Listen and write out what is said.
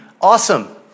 awesome